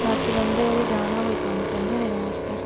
दस बंदे हे ते जाना कोई पंजें दिनें आस्तै